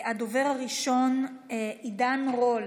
הדובר הראשון, עידן רול,